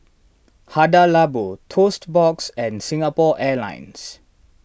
Hada Labo Toast Box and Singapore Airlines